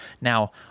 Now